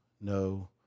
no